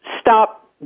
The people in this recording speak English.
stop